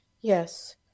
Yes